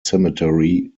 cemetery